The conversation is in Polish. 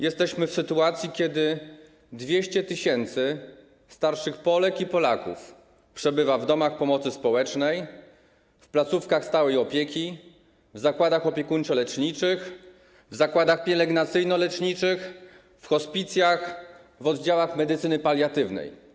Jesteśmy w sytuacji, kiedy 200 tys. starszych Polek i Polaków przebywa w domach pomocy społecznej, w placówkach stałej opieki, w zakładach opiekuńczo-leczniczych, w zakładach pielęgnacyjno-leczniczych, w hospicjach, w oddziałach medycyny paliatywnej.